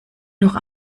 noch